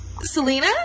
selena